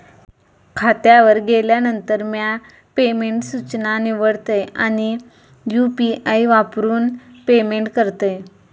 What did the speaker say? खात्यावर गेल्यानंतर, म्या पेमेंट सूचना निवडतय आणि यू.पी.आई वापरून पेमेंट करतय